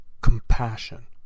compassion